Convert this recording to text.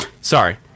sorry